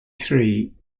three